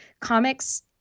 Comics